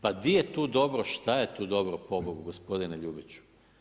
Pa di je tu dobro, šta je tu dobro pobogu gospodine Ljubiću?